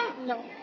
No